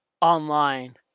online